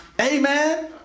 Amen